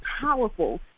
powerful